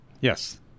Yes